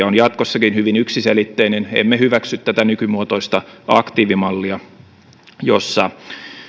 on jatkossakin hyvin yksiselitteinen emme hyväksy tätä nykymuotoista aktiivimallia jossa